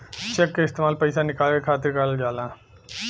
check क इस्तेमाल पइसा निकाले खातिर करल जाला